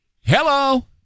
Hello